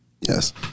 Yes